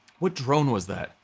what drone was that?